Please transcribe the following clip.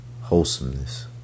Wholesomeness